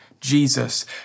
Jesus